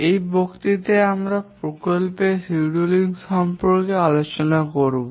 এই বক্তৃতায় আমরা প্রকল্পের সিডিউল সম্পর্কে আলোচনা শুরু করব